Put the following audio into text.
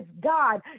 God